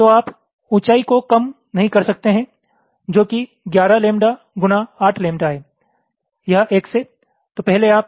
तो आप ऊंचाई को कम नहीं कर सकते हैं जो कि 11 लैम्ब्डा गुणा 8 लैम्ब्डा है